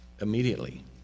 immediately